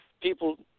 People